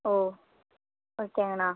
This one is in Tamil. ஓ ஓகேங்கண்ணா